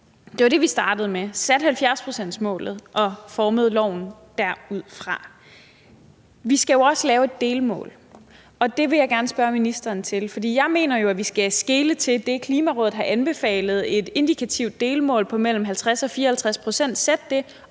Det var det, vi startede med: satte 70-procentsmålet og formede loven derudfra. Vi skal jo også lave et delmål, og det vil jeg gerne spørge ministeren til, fordi jeg jo mener, at vi skal skele til det, Klimarådet har anbefalet: Sæt et indikativt delmål på mellem 50 og 54 pct., og